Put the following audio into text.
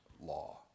law